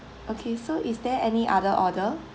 okay so is there any other order